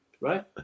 right